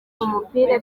umupira